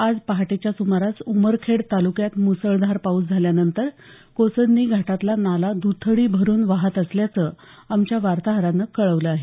आज पहाटेच्या सुमारास उमरखेड ताल्क्यात म्रसळधार पाऊस झाल्यानंतर कोसदनी घाटातला नाला दथडी भरून वाहात असल्याचं आमच्या वार्ताहरानं कळवलं आहे